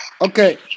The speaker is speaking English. Okay